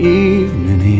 evening